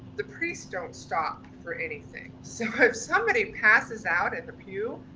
the priests don't stop for anything. so if somebody passes out at the pew,